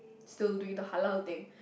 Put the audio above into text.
still doing the halal thing